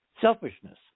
selfishness